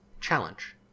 challenge